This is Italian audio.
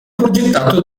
progettato